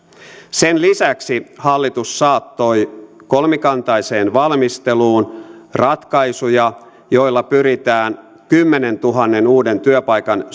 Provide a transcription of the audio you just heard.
sen lisäksi hallitus saattoi kolmikantaiseen valmisteluun ratkaisuja joilla pyritään kymmenentuhannen uuden työpaikan